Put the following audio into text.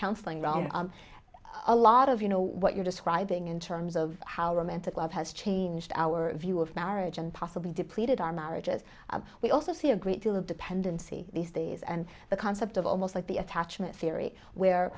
counseling round a lot of you know what you're describing in terms of how romantic love has changed our view of marriage and possibly depleted our marriages we also see a great deal of dependency these days and the concept of almost like the attachment theory where